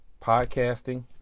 podcasting